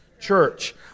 Church